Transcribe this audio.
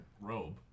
robe